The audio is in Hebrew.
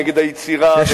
נגד היצירה ונגד,